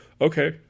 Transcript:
Okay